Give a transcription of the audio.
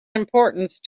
importance